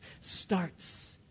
starts